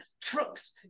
trucks